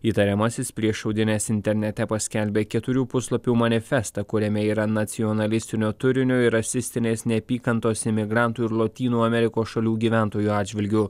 įtariamasis prieš šaudynes internete paskelbė keturių puslapių manifestą kuriame yra nacionalistinio turinio ir rasistinės neapykantos imigrantų ir lotynų amerikos šalių gyventojų atžvilgiu